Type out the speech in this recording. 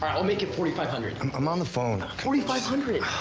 um i'll make it forty five hundred. i'm um on the phone. forty-five hundred.